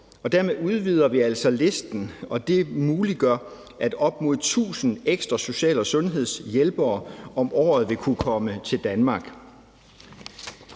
Dermed udvider vi altså listen, og det muliggør, at op imod 1.000 ekstra social- og sundhedshjælpere om året vil kunne komme til Danmark.